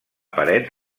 paret